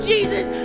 Jesus